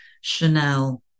Chanel